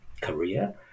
career